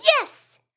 Yes